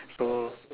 so